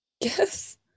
Yes